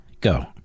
Go